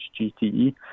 GTE